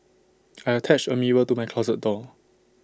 I attached A mirror to my closet door